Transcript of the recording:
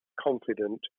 confident